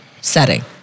setting